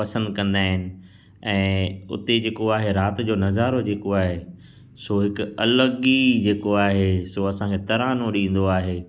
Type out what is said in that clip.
पसंदि कंदा आहिनि ऐं उते जेको आहे राति जो नज़ारो जेको आहे सो हिकु अलॻि ई जेको आहे सो असांखे तरानो ॾींदो आहे